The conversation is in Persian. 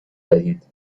دهید